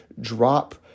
drop